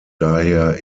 daher